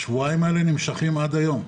השבועיים האלה נמשכים עד היום.